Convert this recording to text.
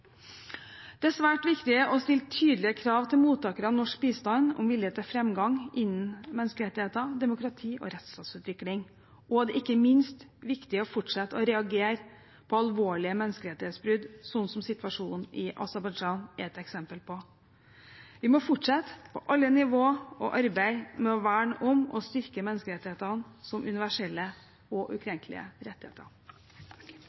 Det er svært viktig å stille tydelige krav til mottakere av norsk bistand om vilje til framgang innen menneskerettigheter, demokrati og rettsstatsutvikling. Det er ikke minst viktig å fortsette å reagere på alvorlige menneskerettighetsbrudd, som situasjonen i Aserbajdsjan er et eksempel på. Vi må på alle nivå fortsette å arbeide med å verne om og styrke menneskerettighetene som universelle og ukrenkelige rettigheter.